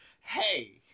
Hey